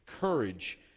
courage